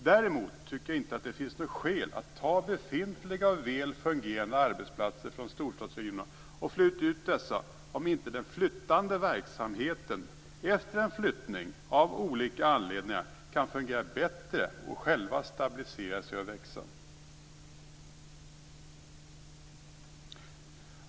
Däremot tycker jag inte att det finns skäl att flytta ut befintliga väl fungerande arbetsplatser från storstadsregionerna om inte den flyttade verksamheten efter en flyttning av olika anledningar kan fungera bättre och själv stabilisera sig och växa.